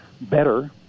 better